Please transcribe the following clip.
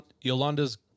Yolanda's